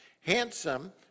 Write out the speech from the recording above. handsome